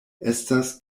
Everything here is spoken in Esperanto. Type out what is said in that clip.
estas